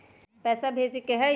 पैसा भेजे के हाइ?